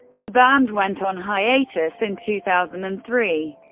the band went on hiatus in two thousand and three.